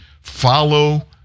Follow